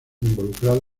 involucrado